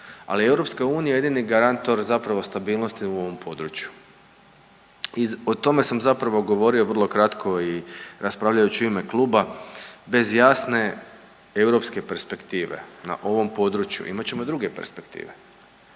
ali EU je jedini garantor zapravo stabilnosti u ovom području. Iz, o tome sam zapravo govorio vrlo kratko i raspravljajući u ime kluba. Bez jasne europske perspektive na ovom području imat ćemo druge perspektive.